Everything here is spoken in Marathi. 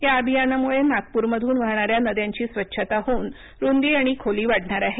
या अभियानामुळे नागपूर मधून वाहणार्या नद्यांची स्वच्छता होऊन रूदी आणि खोली वाढणार आहे